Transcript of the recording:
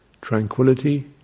Tranquility